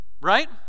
right